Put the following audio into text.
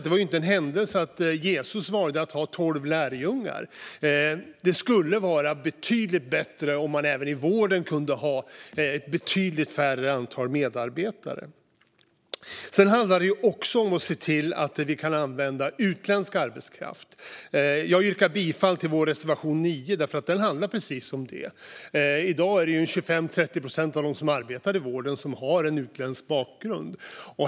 Det var inte av en händelse Jesus valde att ha tolv lärjungar. Det skulle vara betydligt bättre om varje chef även i vården hade väsentligt färre medarbetare under sig. Det handlar också om att se till att vi kan använda utländsk arbetskraft. Jag yrkar bifall till vår reservation 9, som handlar om just det. I dag har 25-30 procent av dem som arbetar i vården utländsk bakgrund.